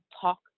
talk